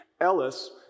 Ellis